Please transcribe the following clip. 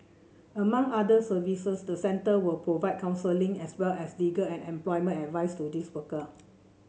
among other services the centre will provide counselling as well as legal and employment advice to these worker